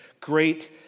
Great